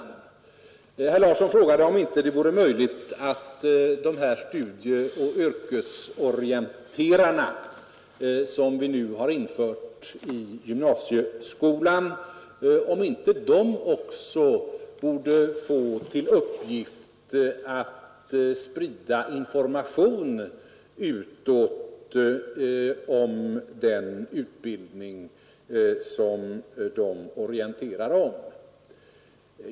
Herr Larsson i Staffanstorp frågade om det inte vore möjligt att också de studieoch yrkesorienterare som vi nu har infört i gymnasieskolan borde få till uppgift att sprida information utåt om den utbildning som de orienterar om.